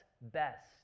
best